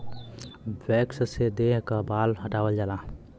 wax से देह क बाल हटावल जाला